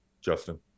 Justin